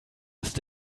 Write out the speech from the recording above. ist